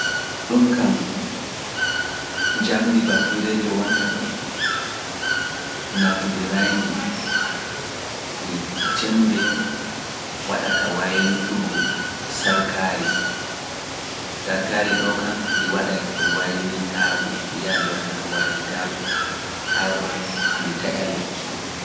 Ɗum kam jam ndi batuureejo wonta ɗo, naftondiraa ndi e ceembe waɗa ka waylitugo sarkaari sarkaari ɗo kam ndi waɗa ka waylitaago, ndi ya ndi waɗa ka waylitaago har ndi taƴa lekki.